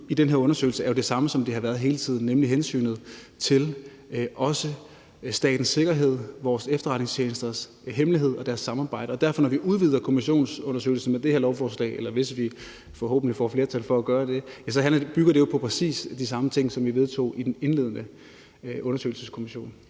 i den her undersøgelse er jo det samme, som det har været hele tiden, nemlig også hensynet til statens sikkerhed, vores efterretningstjenesters hemmelighed og deres samarbejde, og når vi derfor med det her lovforslag udvider kommissionsundersøgelsen, hvis vi forhåbentlig får et flertal for at gøre det, så bygger det jo på præcis de samme ting, som vi vedtog i den indledende undersøgelseskommission.